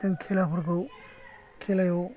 जों खेलाफोरखौ खेलायाव